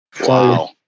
Wow